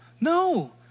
no